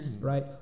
right